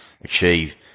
achieve